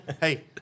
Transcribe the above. hey